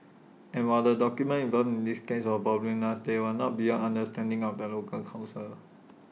and while the documents involved in this case were voluminous they were not beyond understanding of the local counsel